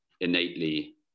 innately